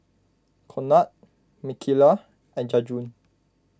Conard Micaela and Jajuan